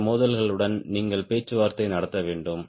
இந்த மோதல்களுடன் நீங்கள் பேச்சுவார்த்தை நடத்த வேண்டும்